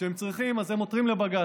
כשהם צריכים הם עותרים לבג"ץ.